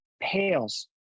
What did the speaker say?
pales